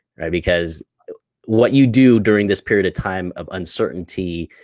because what you do during this period of time of uncertainty,